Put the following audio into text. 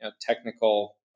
technical